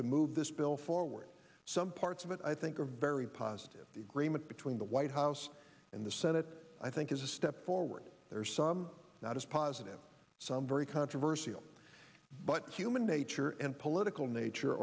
to move this bill forward some parts of it i think are very positive disagreement between the white house and the senate i think is a step forward there are some that is positive some very controversial but human nature and political nature